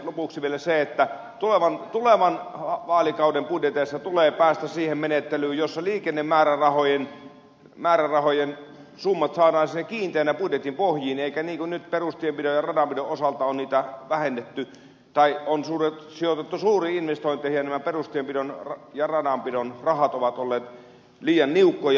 lopuksi vielä se että tulevan vaalikauden budjeteissa tulee päästä siihen menettelyyn jossa liikennemäärärahojen summat saadaan kiinteänä budjetin pohjiin eikä niin kuin nyt että perustienpidon ja radanpidon osalta niitä on vähennetty tai on sijoitettu suuriin investointeihin ja nämä perustienpidon ja radanpidon rahat ovat olleet liian niukkoja